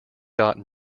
dot